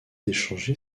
échanger